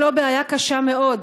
אם לא בעיה קשה מאוד,